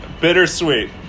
bittersweet